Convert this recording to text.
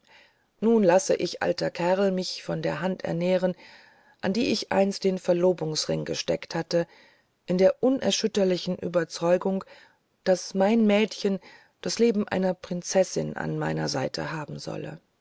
nun lasse ich alter kerl mich von der hand ernähren an die ich einst den verlobungsring gesteckt hatte in der unerschütterlichen ueberzeugung daß mein mädchen das leben einer prinzessin an meiner seite haben solle